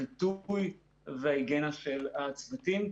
החיטוי וההיגיינה של הצוותים.